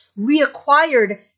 reacquired